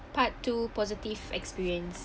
part two positive experience